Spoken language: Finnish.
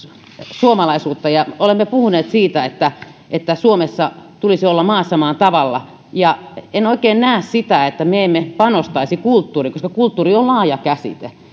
suomalaisuutta olemme puhuneet siitä että että suomessa tulisi olla maassa maan tavalla en oikein näe sitä että me emme panostaisi kulttuuriin koska kulttuuri on laaja käsite